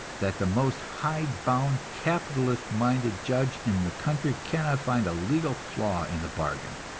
that the most hide-bound capitalistic-minded judge in the country cannot find a legal flaw in the bargain!